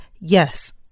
yes